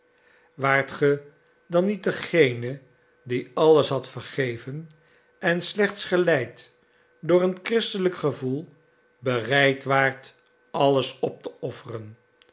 waart ge dan niet degene die alles had vergeven en slechts geleid door een christelijk gevoel bereid waart alles op te offeren